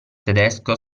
tedesco